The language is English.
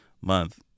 month